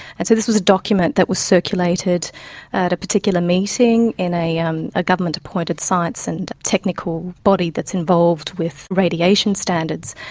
and so this was a document that was circulated at a particular meeting in a um a government-appointed science and technical body that's involved with radiation standards.